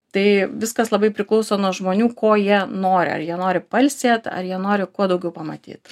tai viskas labai priklauso nuo žmonių ko jie nori ar jie nori pailsėt ar jie nori kuo daugiau pamatyt